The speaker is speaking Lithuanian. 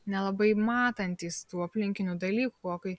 nelabai matantys tų aplinkinių dalykų o kai